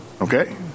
Okay